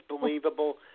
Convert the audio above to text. believable